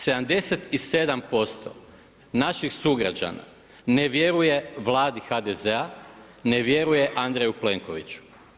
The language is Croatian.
77% naših sugrađana ne vjeruje Vladi HDZ-a, ne vjeruje Andreju Plenkoviću.